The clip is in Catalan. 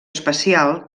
especial